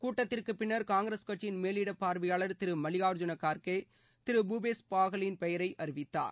கூட்டத்திற்குப் பின்னர் காங்கிரஸ் கட்சியின் மேலிடப் பார்வையாளர் திரு மல்லிகார்ஜூன கார்கே திரு பூபேஷ் பாதலின் பெயரை அறிவித்தார்